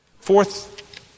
Fourth